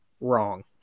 wrong